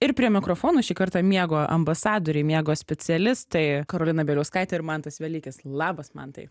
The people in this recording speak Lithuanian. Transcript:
ir prie mikrofono šį kartą miego ambasadoriai miego specialistai karolina bieliauskaitė ir mantas velykis labas mantai